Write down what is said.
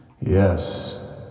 yes